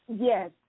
Yes